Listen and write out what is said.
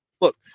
Look